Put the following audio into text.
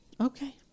Okay